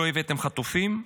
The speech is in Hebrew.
לא הבאתם חטופים,